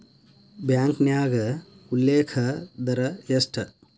ಬ್ಯಾಂಕ್ನ್ಯಾಗ ಉಲ್ಲೇಖ ದರ ಎಷ್ಟ